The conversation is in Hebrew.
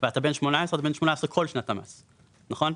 ואתה בן 18, אז אתה בן 18 לאורך כל שנת המס, נכון?